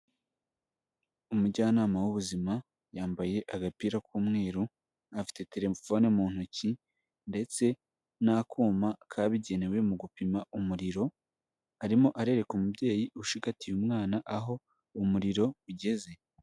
Umujyanama w'ubuzima yambaye agapira k'umweru, afite telefone mu ntoki ndetse n'akuma kabigenewe mu gupima umuriro, arimo arereka umubyeyi ushigatiye umwana aho umuriro ugeze.